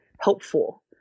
helpful